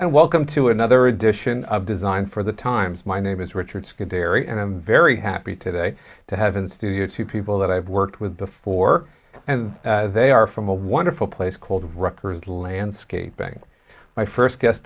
and welcome to another edition of design for the times my name is richard scary and i'm very happy today to have in studio two people that i've worked with before and they are from a wonderful place called rockers landscaping my first g